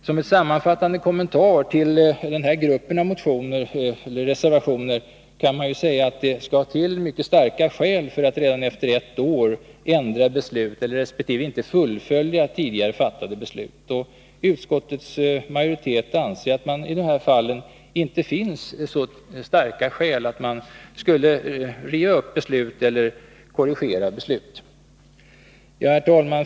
Som en sammanfattande kommentar till denna grupp av reservationer kan man säga att det skall till mycket starka skäl för att redan efter ett år ändra beslut resp. inte fullfölja tidigare fattade beslut. Utskottets majoritet anser att det i dessa fall inte finns så starka skäl att det är befogat att riva upp eller korrigera beslut. Herr talman!